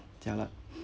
jialat